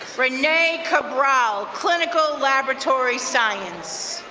renee kabral, clinical laboratory science.